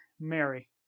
Mary